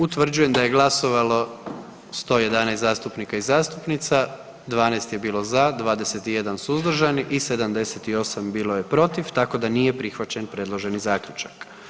Utvrđujem da je glasovalo 111 zastupnika i zastupnica, 12 je bilo za, 21 suzdržan i 78 bilo protiv, tako da nije prihvaćen predloženi zaključak.